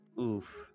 oof